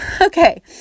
Okay